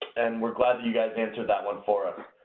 and we're glad you guys answered that one for us.